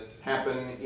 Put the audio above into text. happen